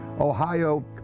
Ohio